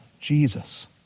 Jesus